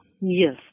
Yes